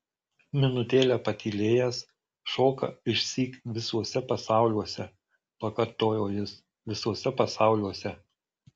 minutėlę patylėjęs šoka išsyk visuose pasauliuose pakartojo jis visuose pasauliuose